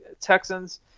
Texans